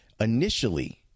initially